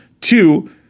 Two